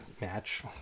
match